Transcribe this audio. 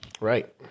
right